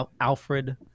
Alfred